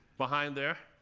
behind there.